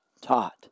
taught